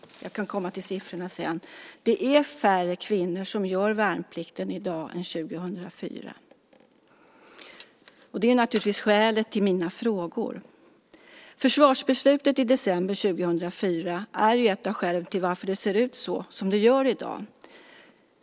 Jag kommer till siffrorna senare. Färre kvinnor gör i dag värnplikten än 2004, och det är naturligtvis anledningen till mina frågor. Försvarsbeslutet i december 2004 är ett av skälen till att det ser ut som det gör i dag.